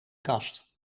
kast